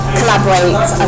collaborate